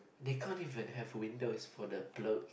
they can't even have windows for the gloat